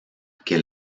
que